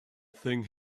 thing